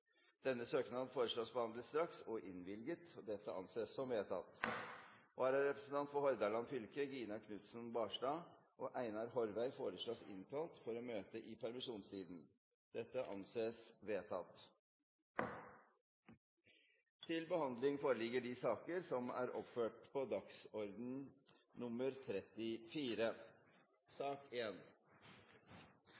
Denne søknaden foreslås behandlet straks og innvilget. – Det anses vedtatt. Vararepresentantene for Hordaland fylke, Gina Knutson Barstad og Einar Horvei, foreslås innkalt for å møte i